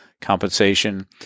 compensation